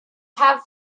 have